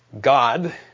God